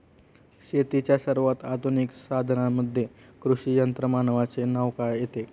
शेतीच्या सर्वात आधुनिक साधनांमध्ये कृषी यंत्रमानवाचे नाव येते